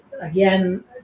again